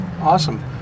Awesome